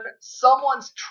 someone's